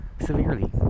severely